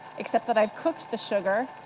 except that i've cooked the sugar.